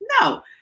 No